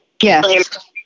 yes